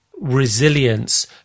resilience